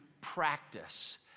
practice